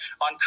on